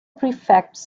prefects